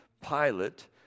Pilate